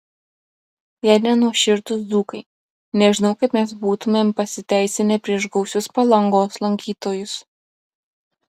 jei ne nuoširdūs dzūkai nežinau kaip mes būtumėm pasiteisinę prieš gausius palangos lankytojus